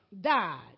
died